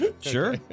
Sure